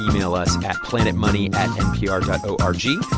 email us at planetmoney at npr dot o r g.